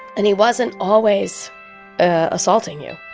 and he wasn't always assaulting you.